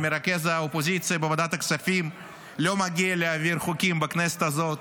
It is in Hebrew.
למרכז האופוזיציה בוועדת הכספים לא מגיע להעביר חוקים בכנסת הזאת,